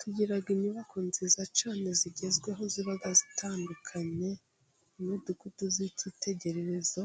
Tugira inyubako nziza cyane zigezweho ziba zitandukanye， n'imidugudu y'icyitegererezo，